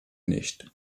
nicht